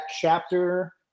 chapter